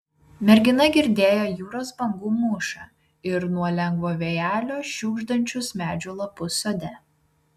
mergina girdėjo jūros bangų mūšą ir nuo lengvo vėjelio šiugždančius medžių lapus sode